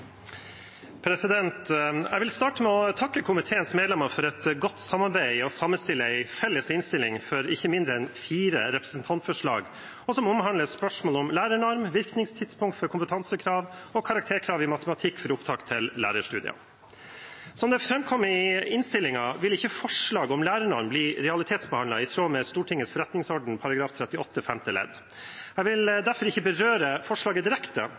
vedtatt. Jeg vil starte med å takke komiteens medlemmer for et godt samarbeid med å sammenstille en felles innstilling for ikke mindre enn fire representantforslag, som omhandler spørsmål om lærernorm, virkningstidspunkt for kompetansekrav og karakterkrav i matematikk for opptak til lærerstudiet. Som det framkommer i innstillingen, vil ikke forslaget om lærernorm bli realitetsbehandlet, i tråd med Stortingets forretningsorden § 38 femte ledd. Jeg vil derfor ikke berøre forslaget direkte.